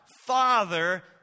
Father